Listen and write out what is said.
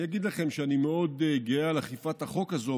אני אגיד לכם שאני מאוד גאה על אכיפת החוק הזו,